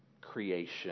creation